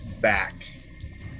back